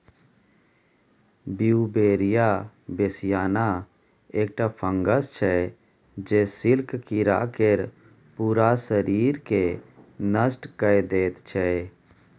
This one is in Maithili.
बीउबेरिया बेसियाना एकटा फंगस छै जे सिल्क कीरा केर पुरा शरीरकेँ नष्ट कए दैत छै